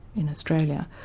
in australia.